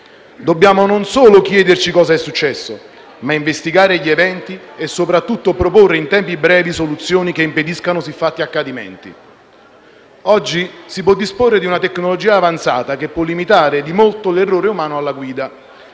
Dobbiamo, non solo chiederci cosa è successo, ma investigare gli eventi e soprattutto proporre in tempi brevi soluzioni che impediscano siffatti accadimenti. Oggi si può disporre di una tecnologia avanzata che può limitare di molto l'errore umano alla guida.